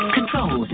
Control